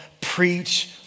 preach